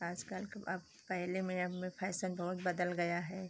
आजकल के अब पहले में अब में फैशन बहुत बदल गया है